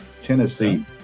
Tennessee